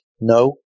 no